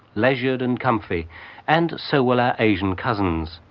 leisured and comfy and so will our asian cousins,